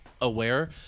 aware